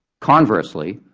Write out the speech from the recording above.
conversely,